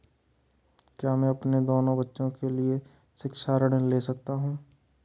क्या मैं अपने दोनों बच्चों के लिए शिक्षा ऋण ले सकता हूँ?